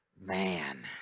Man